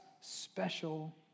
special